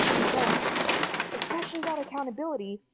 because especially without accountability,